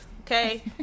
okay